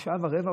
או שעה ורבע,